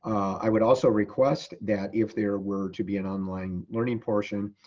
i would also request that if there were to be an online learning portion,